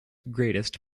greatest